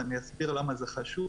ואני אסביר למה זה חשוב.